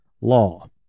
law